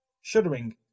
Shuddering